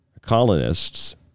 colonists